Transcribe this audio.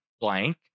blank